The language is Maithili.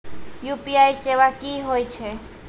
यु.पी.आई सेवा की होय छै?